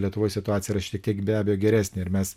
lietuvoj situacija šiek tiek be abejo geresnė ir mes